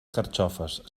carxofes